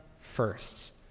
first